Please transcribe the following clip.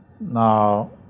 Now